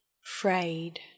frayed